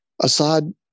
Assad